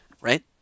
Right